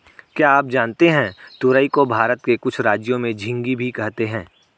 क्या आप जानते है तुरई को भारत के कुछ राज्यों में झिंग्गी भी कहते है?